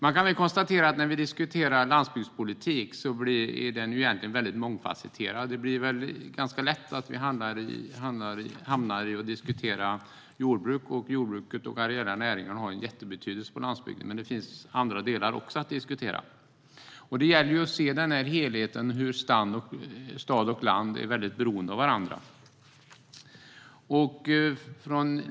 Man kan konstatera när vi diskuterar landsbygdspolitik att den egentligen är väldigt mångfasetterad. Det blir lätt så att vi hamnar i att diskutera jordbruk. Jordbruket och de areella näringarna har en jättebetydelse på landsbygden, men det finns också andra delar att diskutera. Det gäller att se helheten - hur stad och land är beroende av varandra.